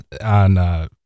on